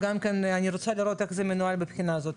אז אני רוצה לראות איך זה מנוהל מבחינה זאת.